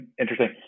interesting